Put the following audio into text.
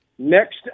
Next